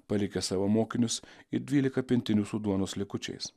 palikę savo mokinius ir dvylika pintinių su duonos likučiais